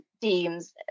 teams